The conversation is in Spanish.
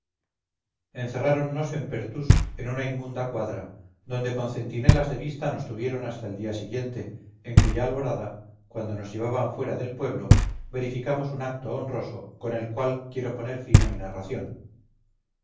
encerráronnos en pertús en una inmunda cuadra donde con centinelas de vista nos tuvieron hasta el día siguiente en cuya alborada cuando nos llevaban fuera del pueblo verificamos un acto honroso con el cual quiero poner fin a mi narración